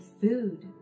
food